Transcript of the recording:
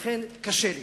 לכן קשה לי.